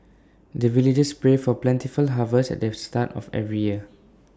the villagers pray for plentiful harvest at the start of every year